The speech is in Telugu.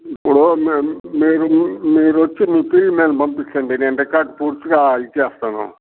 ఇప్పుడు మీ మీరు మీరు వచ్చి మీ ఫీల్డ్ మ్యాన్ని పంపించండి నేను రికార్డ్ పూర్తిగా ఇస్తాను